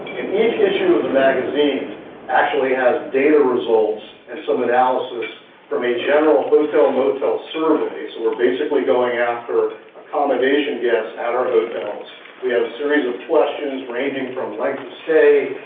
in each issue of the magazine actually has data results and some analysis from a general hotel motel survey, so we're basically going after accommodation guests at our hotels. we had a series of questions ranging from length of stay,